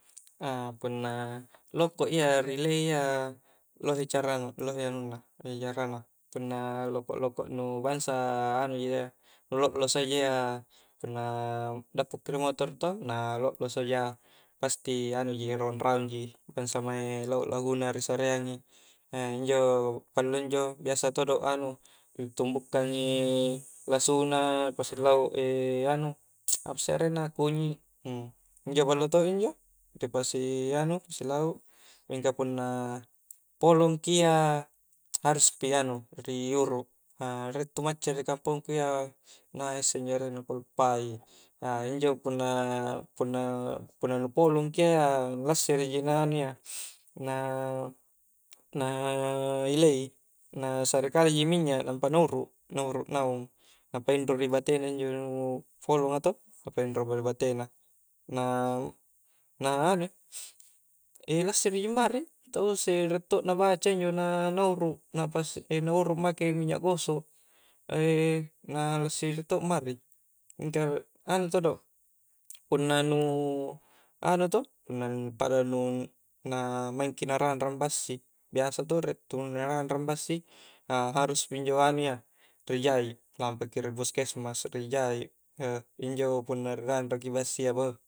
A punna lokok ia ri ilei ia lohe cara na lohe anunna carana punna lokok-lokok nu bangsa anuja ia, nu lokloso ji ia, punna dappokki ri motoro toh na lokloso ja pasti anuji raung-raung ji bangsa mae lahu'-lahuna risareang i injo ballo injo, biasa todo anu, ritumbukkang i lasuna ripasilauk anu, apassek arenna, kunyi' injo ballo todo injo anu ri pasi anu ripasi lauk, mingka punna polong ki ia harus pi anu ri urut, riek tu macca ri kampongku ia naissek injo arennna ku kalupai, a injo punna nu polong ki ia lassiri ji na anu iya na-na ilei, na sare kaleji minnya nampa nauruk nauruk naung nampa napainro ri batena injo nu polong a tohh napainro ri batena, na anui na lassiriji mari tala kussi riek todo nabaca injo na uru make minyak gosok na lassiri ji mari, tala kusse i riek to na baca injo na-na urut napa pa na urut make minya gosok na lassiri to mari mingka anu todo pada nu anu to punna nu pada nu maingk na ranrang bassi biasa toh tau nu narannrang bassi haruspi injo anu ia ri jai' lampa pki ri puskesmas rijai' injo punna ri ranrang ki bassi iya beuh